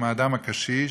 עם האדם הקשיש,